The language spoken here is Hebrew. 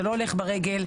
זה לא הולך ברגל,